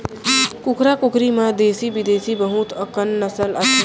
कुकरा कुकरी म देसी बिदेसी बहुत अकन नसल आथे